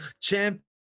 champ